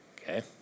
Okay